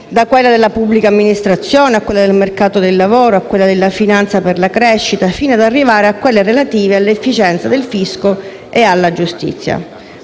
da quella della pubblica amministrazione, a quella del mercato del lavoro, a quella della finanza per la crescita, fino ad arrivare a quelle relative all'efficienza del fisco e alla giustizia.